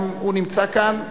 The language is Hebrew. גם הוא נמצא כאן,